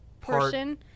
portion